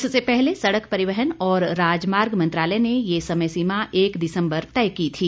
इससे पहले सड़क परिवहन और राजमार्ग मंत्रालय ने यह समय सीमा एक दिसंबर तय की थी